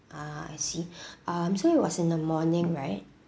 ah I see um so it was in the morning right